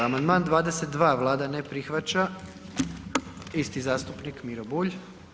Amandman 22., Vlada ne prihvaća, isti zastupnik Miro Bulj.